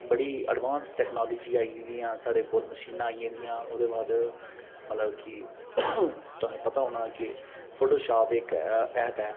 बड़ी advance technology आई गेदियां साढ़े कोल मशीनां आई गेदियां ओह्दे बाद मतलब कि तुसेंगी पता होना के फोटोशाप इक ऐप ऐ